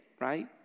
right